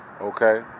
okay